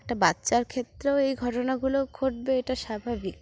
একটা বাচ্চার ক্ষেত্রেও এই ঘটনাগুলো ঘটবে এটা স্বাভাবিক